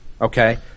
Okay